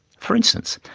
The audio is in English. for instance,